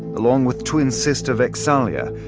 along with twin sister vex'ahlia,